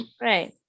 right